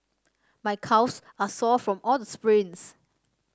my calves are sore from all the sprints